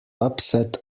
upset